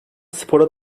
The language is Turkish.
spora